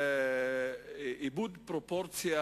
איבוד פרופורציה